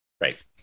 Right